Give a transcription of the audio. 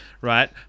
right